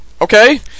okay